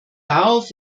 darauf